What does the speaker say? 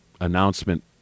announcement